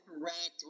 correct